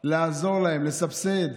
לעזור להם, לסבסד.